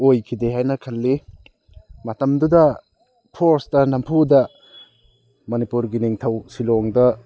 ꯑꯣꯏꯈꯤꯗꯦ ꯍꯥꯏꯅ ꯈꯜꯂꯤ ꯃꯇꯝꯗꯨꯗ ꯐꯣꯔꯁꯇ ꯅꯝꯐꯨꯗ ꯃꯅꯤꯄꯨꯔꯒꯤ ꯅꯤꯡꯊꯧ ꯁꯤꯂꯣꯡꯗ